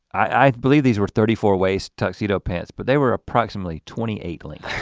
i believe these were thirty four ways tuxedo pants, but they were approximately twenty eight length.